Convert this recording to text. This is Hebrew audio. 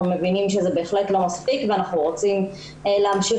אנחנו מבינים שזה בהחלט לא מספיק ונחנו רוצים להמשיך